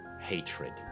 Hatred